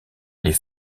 les